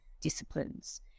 disciplines